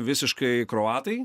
visiškai kroatai